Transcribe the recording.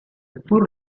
pur